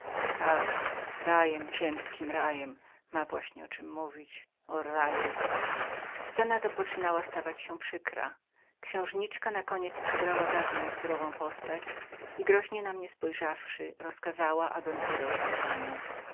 tak rajem ziemskim rajem ma właśnie oczem mówić o raju scena ta poczynała stawać się przykrą księżniczka nakoniec przybrała dawną surową postać i groźnie na mnie spojrzawszy rozkazała abym udał się za nią